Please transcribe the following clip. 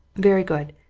very good.